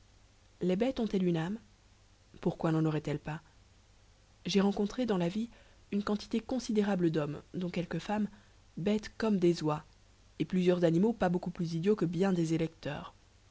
les bêtes ont-elles une âme pourquoi nen auraient-elles pas jai rencontré dans la vie une quantité considérable dhommes dont quelques femmes bêtes comme des oies et plusieurs animaux pas beaucoup plus idiots que bien des électeurs